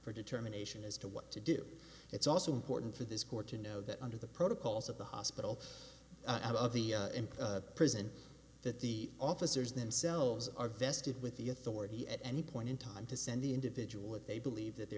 for determination as to what to do it's also important for this court to know that under the protocols of the hospital out of the prison that the officers themselves are vested with the authority at any point in time to send the individual that they believe that they